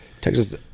Texas